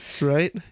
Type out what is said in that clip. right